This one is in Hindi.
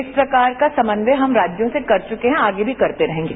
इस प्रकार का समन्वय हम राज्यों से कर चुके हैं आगे भी करते रहेंगे